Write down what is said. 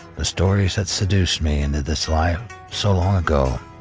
the stories that seduced me into this life so long ago